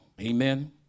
amen